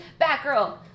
Batgirl